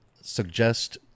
suggest